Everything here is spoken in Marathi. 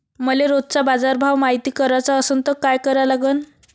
मले रोजचा बाजारभव मायती कराचा असन त काय करा लागन?